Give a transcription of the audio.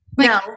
No